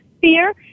Fear